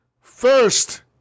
first